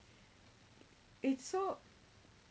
it's so